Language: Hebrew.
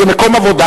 זה מקום עבודה,